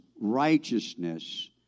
righteousness